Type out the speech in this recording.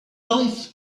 life